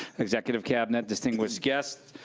executive cabinet, distinguished guests.